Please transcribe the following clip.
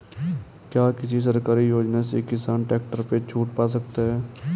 क्या किसी सरकारी योजना से किसान ट्रैक्टर पर छूट पा सकता है?